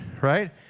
right